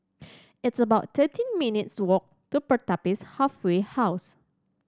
it's about thirty minutes' walk to Pertapis Halfway House